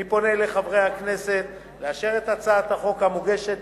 אני פונה לחברי הכנסת לאשר את הצעת החוק המוגשת